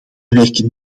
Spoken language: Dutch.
werken